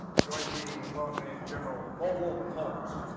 join me in welcoming general mobil holmes.